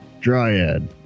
Dryad